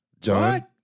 John